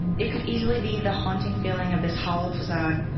it could easily be the haunting feeling of this hollow facade,